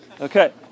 Okay